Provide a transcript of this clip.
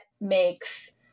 makes